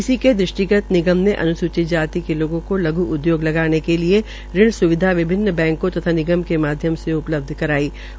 इसी के दृष्टिगत निगम ने अनुसूचित जाति के लोगों को लघ् उद्योग लगाने के लिए ऋण स्विधा विभिन्न बैंको तथा निगम के माध्यम से उपलब्ध कराई है